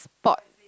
pot